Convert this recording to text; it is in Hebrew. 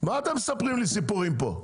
מה אתם מספרים לי סיפורים פה?